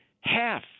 half